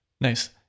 Nice